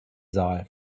saal